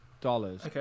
Dollars